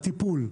הטיפול.